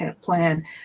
plan